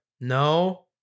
no